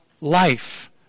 life